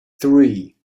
three